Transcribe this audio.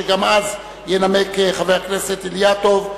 וגם אז ינמק חבר הכנסת אילטוב,